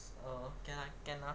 err can lah can lah